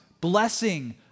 blessing